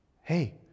Hey